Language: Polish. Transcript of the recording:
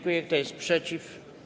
Kto jest przeciw?